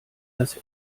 das